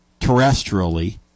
terrestrially